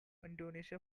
indonesia